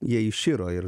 jie iširo ir